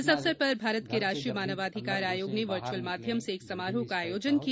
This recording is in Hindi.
इस अवसर पर भारत के राष्ट्रीय मानवाधिकार आयोग ने वर्च्अल माध्यम से एक समारोह का आयोजन किया